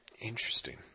Interesting